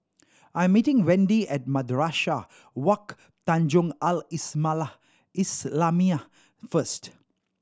I am meeting Wendi at Madrasah Wak Tanjong Al islamiah first